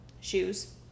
shoes